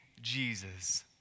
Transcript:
Jesus